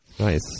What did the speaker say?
Nice